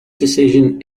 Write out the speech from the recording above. decision